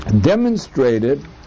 demonstrated